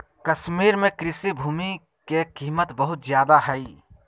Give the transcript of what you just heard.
कश्मीर में कृषि भूमि के कीमत बहुत ज्यादा हइ